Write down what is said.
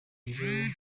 ibiro